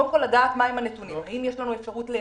קודם כל,